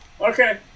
Okay